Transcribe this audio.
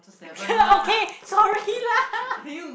okay okay sorry lah